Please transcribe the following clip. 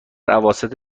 اواسط